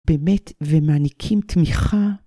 באמת ומעניקים תמיכה?